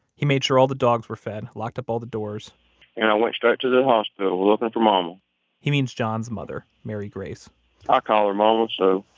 he made sure all the dogs were fed, locked up all the doors and i went straight to the hospital looking for mama he means john's mother, mary grace i ah call her mama, so.